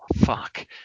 fuck